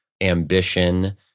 ambition